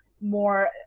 more